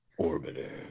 orbiter